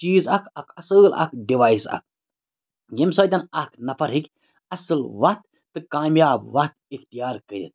چیٖز اَکھ اَکھ اَصۭل اَکھ ڈِوایِس اَکھ ییٚمہِ سۭتۍ اَکھ نَفَر ہیٚکہِ اَصٕل وَتھ تہٕ کامیاب وَتھ اِختیار کٔرِتھ